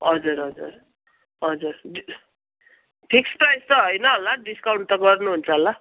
हजुर हजुर हजुर फिक्स प्राइस त होइन होला डिस्काउन्ट त गर्नु हुन्छ होला